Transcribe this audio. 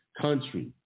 Country